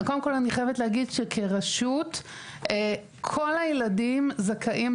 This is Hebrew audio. קודם כל, אני חייבת להגיד שכרשות, כל הילדים זכאים